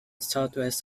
southwest